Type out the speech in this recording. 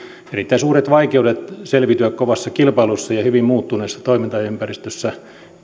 erittäin suuret vaikeudet selviytyä kovassa kilpailussa ja hyvin muuttuneessa toimintaympäristössä